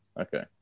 okay